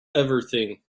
everything